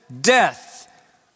death